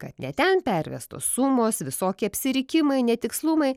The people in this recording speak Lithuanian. kad ne ten pervestos sumos visokie apsirikimai netikslumai